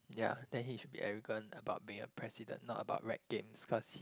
ya then he should be arrogant about being a president not about rec games cause he